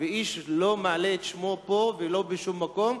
איש לא מעלה את שמו פה ולא בשום מקום,